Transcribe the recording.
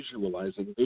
visualizing